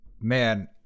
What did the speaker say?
Man